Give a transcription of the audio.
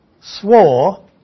swore